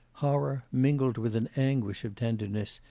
horror, mingled with an anguish of tenderness,